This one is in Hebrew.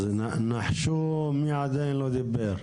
אז נחשו מי עדיין לא דיבר?